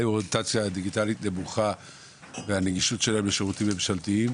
אוריינטציה דיגיטלית נמוכה והנגישות שלהם לשירותים ממשלתיים